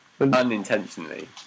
Unintentionally